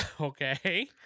Okay